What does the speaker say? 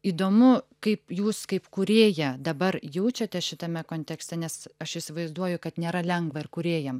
įdomu kaip jūs kaip kūrėja dabar jaučiatės šitame kontekste nes aš įsivaizduoju kad nėra lengva ir kūrėjam